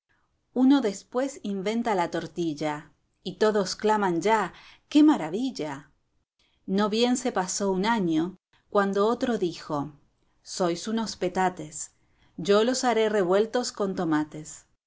uno después inventa la tortilla y todos claman ya qué maravilla no bien se pasó un año cuando otro dijo sois unos petates yo los haré revueltos con tomates